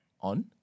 On